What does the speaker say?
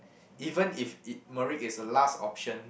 even if it is a last option